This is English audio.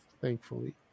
thankfully